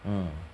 mm